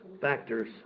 factors